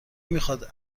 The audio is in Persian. میخاد